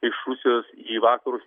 iš rusijos į vakarus